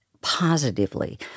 positively